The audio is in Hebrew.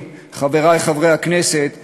חברי חברי הכנסת בימין,